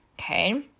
Okay